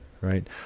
right